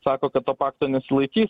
sako kad to pakto nesilaikys